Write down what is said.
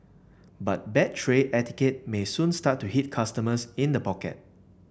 but bad tray etiquette may soon start to hit customers in the pocket